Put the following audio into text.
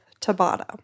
Tabata